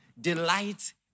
delight